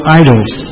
idols